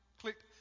clicked